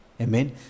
Amen